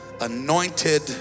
anointed